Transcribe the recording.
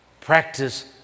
Practice